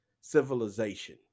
civilization